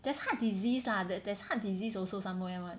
there's heart disease lah that there's heart disease also somewhere [one]